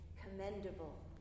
commendable